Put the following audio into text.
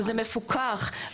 שזה מפוקח.